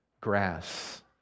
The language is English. grass